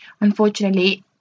Unfortunately